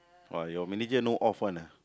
or your manager no off one ah